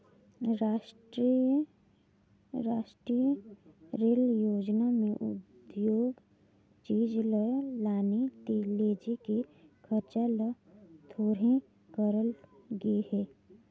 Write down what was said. रास्टीय रेल योजना में उद्योग चीच ल लाने लेजे के खरचा ल थोरहें करल गे हे